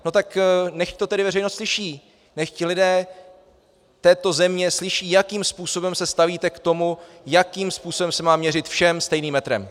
No tak nechť to tedy veřejnost slyší, nechť lidé této země slyší, jakým způsobem se stavíte k tomu, jakým způsobem se má měřit všem stejným metrem.